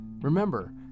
Remember